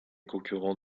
concurrent